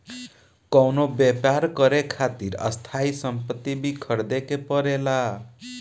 कवनो व्यापर करे खातिर स्थायी सम्पति भी ख़रीदे के पड़ेला